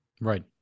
right